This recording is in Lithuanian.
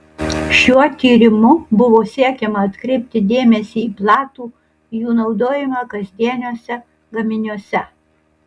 šiuo tyrimu buvo siekiama atkreipti dėmesį į platų jų naudojimą kasdieniuose gaminiuose